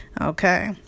Okay